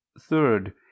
Third